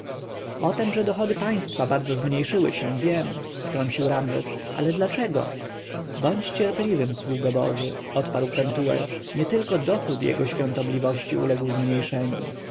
tem że dochody państwa bardzo zmniejszyły się wiem wtrącił ramzes ale dlaczego bądź cierpliwym sługo boży odparł pentuer nietylko dochód jego świątobliwości uległ zmniejszeniu